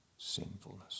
sinfulness